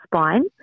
spine